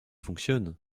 fonctionne